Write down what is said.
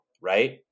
Right